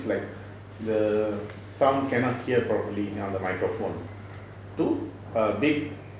like the some cannot hear properly on the microphone to err big